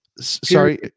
Sorry